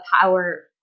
power